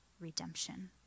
redemption